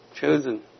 chosen